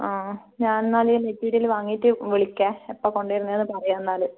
ആ ഞാന് എന്നാൽ മെറ്റിരിയൽ വാങ്ങിയിട്ട് വിളിക്കാം എപ്പോഴാണ് കൊണ്ടുവരുന്നതെന്ന് പറയാം എന്നാൽ